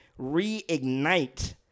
reignite